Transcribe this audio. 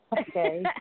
Okay